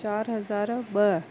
चारि हज़ार ॿ